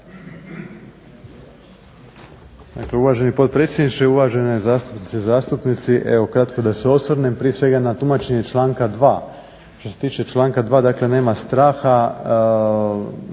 Uvaženi potpredsjedniče, uvažene zastupnice, zastupnici. Evo kratko da se osvrnem. Prije svega na tumačenje članka 2. Što se tiče članka 2. dakle nema straha